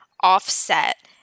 offset